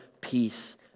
peace